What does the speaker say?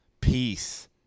peace